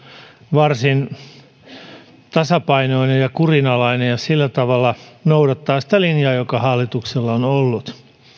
varsin tasapainoinen ja kurinalainen ja sillä tavalla noudattaa sitä linjaa joka hallituksella on ollut